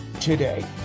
today